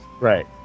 Right